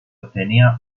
obtenía